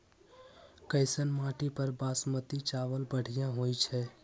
कैसन माटी पर बासमती चावल बढ़िया होई छई?